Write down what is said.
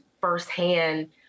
firsthand